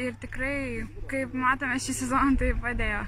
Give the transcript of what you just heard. ir tikrai kaip matome šį sezoną tai padėjo